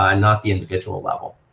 um not the individual level.